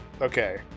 okay